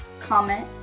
comment